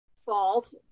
fault